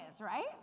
right